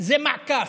זה מעקף,